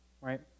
right